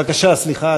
בבקשה, סליחה,